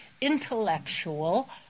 intellectual